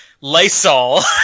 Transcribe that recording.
Lysol